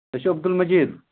أسۍ چھِ عبدُل مٔجیٖد